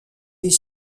est